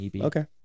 Okay